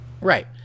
Right